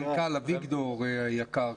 אביגדור היקר,